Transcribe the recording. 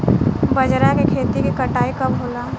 बजरा के खेती के कटाई कब होला?